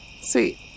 sweet